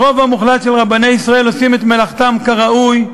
הרוב המוחלט של רבני ישראל עושים את מלאכתם כראוי.